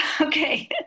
okay